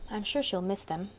i'm sure she'll miss them.